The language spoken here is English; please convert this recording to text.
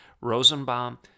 Rosenbaum